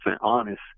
honest